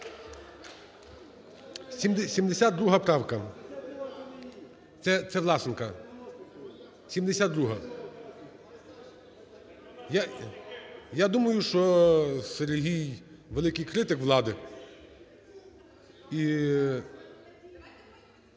72 правка. Це Власенка, 72-а. Я думаю, що Сергій - великий критик влади.